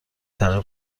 تغییر